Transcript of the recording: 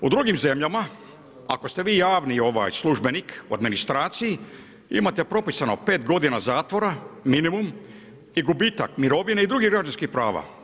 U drugim zemljama ako ste vi javni službenik u administraciji imate propisano pet godina zatvora minimum i gubitak mirovine i drugih građanskih prava.